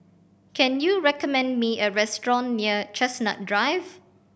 can you recommend me a restaurant near Chestnut Drive